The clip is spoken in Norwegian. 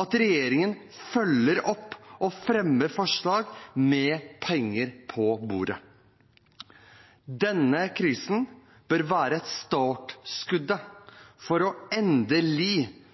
at regjeringen følger opp og fremmer forslag med penger på bordet. Denne krisen bør være startskuddet for endelig å